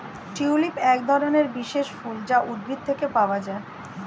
tulip একধরনের বিশেষ ফুল যা উদ্ভিদ থেকে পাওয়া যায়